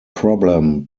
problem